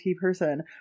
person